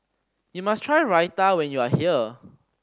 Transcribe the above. you must try Raita when you are here